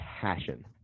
passion